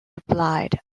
replied